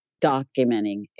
documenting